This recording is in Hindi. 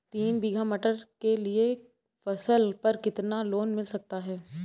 तीन बीघा मटर के लिए फसल पर कितना लोन मिल सकता है?